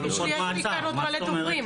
יש איתנו עוד מלא דוברים.